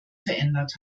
verändert